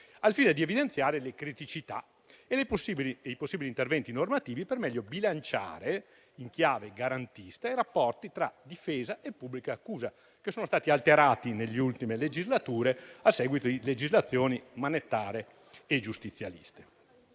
al fine di evidenziare le criticità e i possibili interventi normativi per meglio bilanciare, in chiave garantista, i rapporti tra difesa e pubblica accusa, che sono stati alterati negli ultime legislature a seguito di legislazioni manettare e giustizialiste.